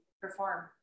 perform